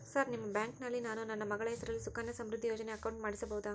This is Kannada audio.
ಸರ್ ನಿಮ್ಮ ಬ್ಯಾಂಕಿನಲ್ಲಿ ನಾನು ನನ್ನ ಮಗಳ ಹೆಸರಲ್ಲಿ ಸುಕನ್ಯಾ ಸಮೃದ್ಧಿ ಯೋಜನೆ ಅಕೌಂಟ್ ಮಾಡಿಸಬಹುದಾ?